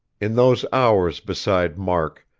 in those hours beside mark,